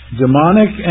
demonic